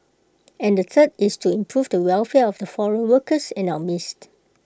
and the third is to improve the welfare of the foreign workers in our midst